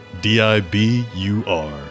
D-I-B-U-R